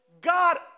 God